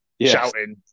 shouting